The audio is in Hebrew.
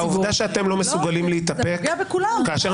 העובדה שאתם לא מסוגלים להתאפק כאשר